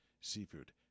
seafood